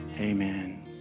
Amen